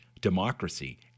democracy